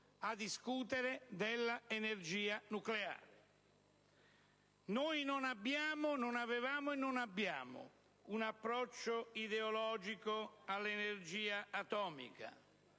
a discutere dell'energia nucleare. Noi non avevamo e non abbiamo un approccio ideologico all'energia atomica,